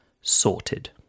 sorted